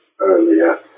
earlier